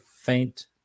faint